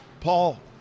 Paul